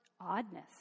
oddness